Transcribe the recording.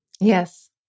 Yes